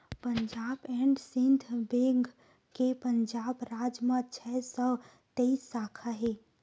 Punjab and Sind bank के पंजाब राज म छै सौ तेइस साखा हे